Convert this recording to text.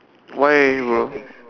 why bro